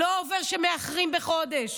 לא עובר שמאחרים בחודש,